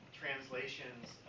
translations